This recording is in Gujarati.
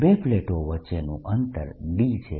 બે પ્લેટો વચ્ચેનું અંતર d છે